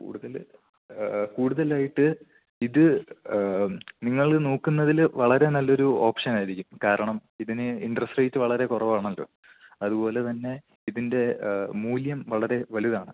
കൂടുതൽ കൂടുതലായിട്ട് ഇത് നിങ്ങൾ നോക്കുന്നതിൽ വളരെ നല്ലൊരു ഓപ്ഷനായിരിക്കും കാരണം ഇതിന് ഇൻട്രസ്റ്റ് റേയ്റ്റ് വളരെ കുറവാണല്ലോ അതുപോലെത്തന്നെ ഇതിൻ്റെ മൂല്യം വളരെ വലുതാണ്